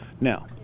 Now